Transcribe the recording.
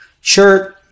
sure